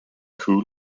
cool